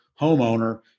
homeowner